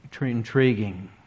intriguing